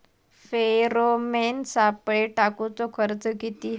Pheromone सापळे टाकूचो खर्च किती हा?